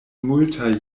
multaj